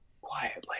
quietly